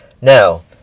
Now